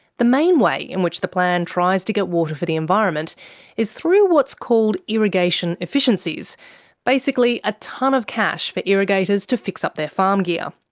the main way in which the plan tries to get water for the environment is through what's called irrigation efficiencies basically a tonne of cash for irrigators to fix up their farm gear.